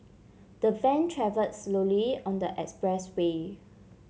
the van travelled slowly on the expressway